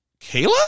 Kayla